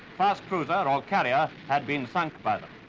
fast cruiser, or carrier had been sunk by them.